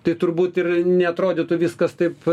tai turbūt ir neatrodytų viskas taip